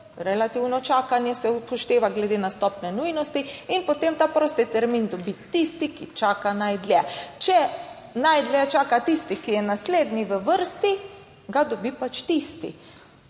Relativno čakanje se upošteva glede na stopnjo nujnosti in potem ta prosti termin dobi tisti, ki čaka najdlje. Če najdlje čaka tisti, ki je naslednji v vrsti, ga dobi pač tisti.